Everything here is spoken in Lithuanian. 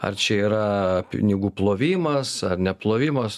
ar čia yra pinigų plovimas ar neplovimas